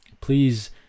please